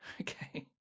Okay